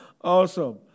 awesome